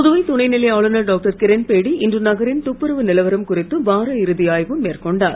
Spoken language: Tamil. புதுவை துணைநிலை ஆளுநர் டாக்டர் கிரண்பேடி இன்று நகரின் துப்புரவு நிலவரம் குறித்து வார இறுதி ஆய்வு மேற்கொண்டார்